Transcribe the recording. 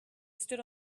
stood